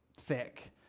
thick